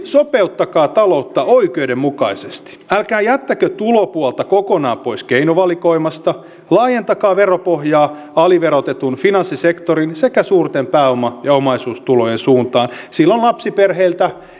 sopeuttakaa taloutta oikeudenmukaisesti älkää jättäkö tulopuolta kokonaan pois keinovalikoimasta laajentakaa veropohjaa aliverotetun finanssisektorin sekä suurten pääoma ja omaisuustulojen suuntaan silloin lapsiperheiltä